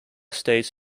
states